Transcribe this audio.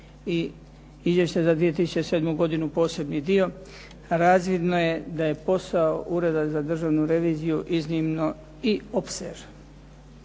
i Izvješća za 2007. godinu, posebni dio, razvidno je da je posao Ureda za državnu reviziju iznimno i opsežan.